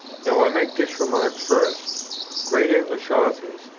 now i make this remark first great english authors,